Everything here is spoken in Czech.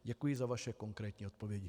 Děkuji za vaše konkrétní odpovědi.